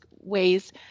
ways